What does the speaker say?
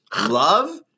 love